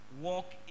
walk